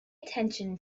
attention